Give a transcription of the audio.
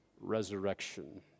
resurrection